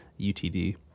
utd